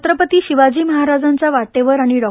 छ पती शिवाजी महाराजां या वाटेवर आ ण डॉ